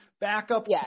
backup